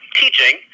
teaching